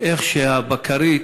איך הבקרית